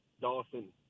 Dawson